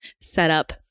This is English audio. setup